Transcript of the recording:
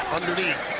Underneath